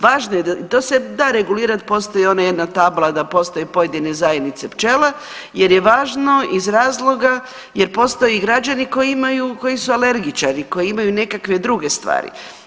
Važno je i to se da regulirati, postoji ona jedna tabla da postoje pojedine zajednice pčela, jer je važno iz razloga jer postoje građani koji su alergičari, koji imaju nekakve druge stvari.